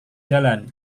jalan